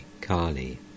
Kali